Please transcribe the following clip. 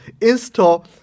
install